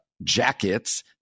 jackets